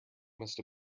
must